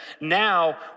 now